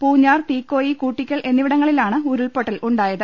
Poonjar Teekoy Koottickal എന്നിവിടങ്ങളിലാണ് ഉരുൾപൊട്ടലുണ്ടായത്